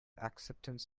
acceptance